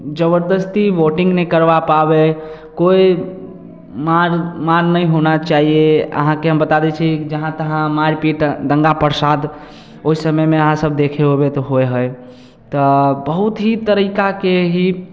जबरदस्ती वोटिंग नहि करबा पाबै हइ कोइ मार मार नहि होना चाहिए अहाँके हम बता दै छी जहाँ तहाँ मारिपीट दंगा फसाद ओहि समयमे अहाँ सब देखे होबय तऽ होयहय तऽ बहुत ही तरीका के ही